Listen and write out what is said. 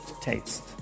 taste